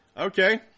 Okay